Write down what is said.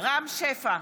רם שפע,